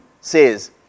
says